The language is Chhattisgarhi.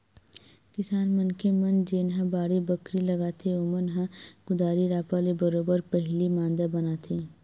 किसान मनखे मन जेनहा बाड़ी बखरी लगाथे ओमन ह कुदारी रापा ले बरोबर पहिली मांदा बनाथे